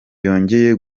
yongeye